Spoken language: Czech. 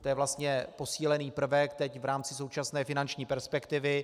To je vlastně posílený prvek teď v rámci současné finanční perspektivy.